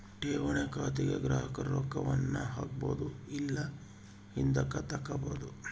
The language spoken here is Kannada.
ಠೇವಣಿ ಖಾತೆಗ ಗ್ರಾಹಕರು ರೊಕ್ಕವನ್ನ ಹಾಕ್ಬೊದು ಇಲ್ಲ ಹಿಂದುಕತಗಬೊದು